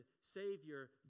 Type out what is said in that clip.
savior